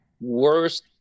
worst